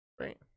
Right